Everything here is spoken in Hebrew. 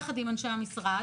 יחד עם אנשי המשרד,